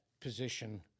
position